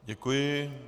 Děkuji.